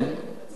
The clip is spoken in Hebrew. הצעה קטנה.